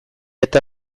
eta